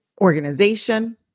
organization